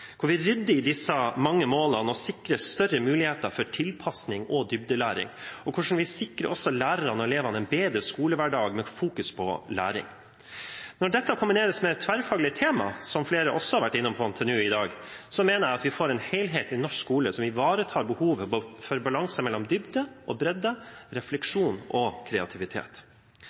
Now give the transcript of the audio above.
hvor vi rydder i disse mange målene og sikrer større muligheter for tilpasning og dybdelæring, og også hvordan vi sikrer lærerne og elevene en bedre skolehverdag med fokus på læring. Når dette kombineres med tverrfaglige tema, som flere også har vært inne på i dag, mener jeg at vi får en helhetlig norsk skole, som ivaretar behovet for balanse mellom dybde og bredde, refleksjon og kreativitet.